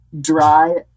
dry